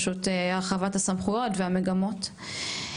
הרחבת הסמכויות והמגמות.